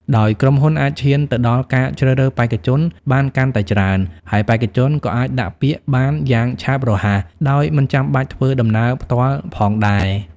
ដោយក្រុមហ៊ុនអាចឈានទៅដល់ការជ្រើសរើសបេក្ខជនបានកាន់តែច្រើន ហើយបេក្ខជនក៏អាចដាក់ពាក្យបានយ៉ាងឆាប់រហ័ស ដោយមិនចាំបាច់ធ្វើដំណើរផ្ទាល់ផងដែរ។